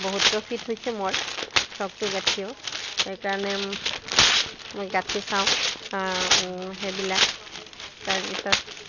বহুত প্ৰফিট হৈছে মোৰ ফ্ৰকটো গাঁঠিও সেইকাৰণে মই গাঁঠি চাওঁ সেইবিলাক তাৰপিছত